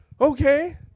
Okay